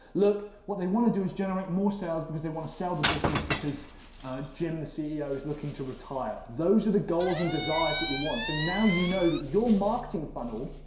look, what they want to do is generate more sales because they want to sell the business because jim, the ceo is looking to retire. those are the goals and desires that you want. so now you know that your marketing funnel,